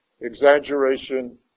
Exaggeration